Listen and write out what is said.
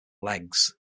legs